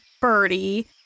Birdie